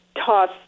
toss